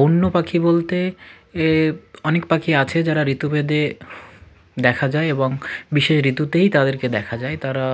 বন্য পাখি বলতে এ অনেক পাখি আছে যারা ঋতু ভেদে দেখা যায় এবং বিশেষ ঋতুতেই তাদেরকে দেখা যায় তারা